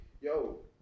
yo